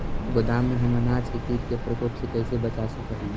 गोदाम में हम अनाज के किट के प्रकोप से कैसे बचा सक हिय?